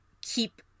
keep